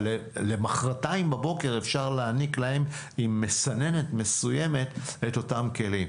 אבל למוחרתיים בבוקר אפשר להעניק להם עם מסננת מסוימת את אותם הכלים.